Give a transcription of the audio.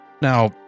Now